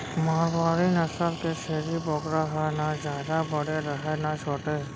मारवाड़ी नसल के छेरी बोकरा ह न जादा बड़े रहय न छोटे